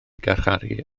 garcharu